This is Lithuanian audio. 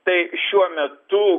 tai šiuo metu